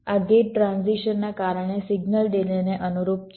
આ gate transition ના કારણે સિગ્નલ ડિલેને અનુરૂપ છે